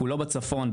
כולו בצפון,